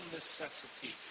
necessity